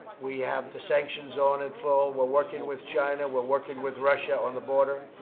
we have the sanctions on in full. we're working with china. we're working with russia on the border.